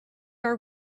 our